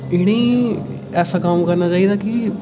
इ'नेंईं ऐसा कम्म करना चाहिदा कि